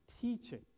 teaching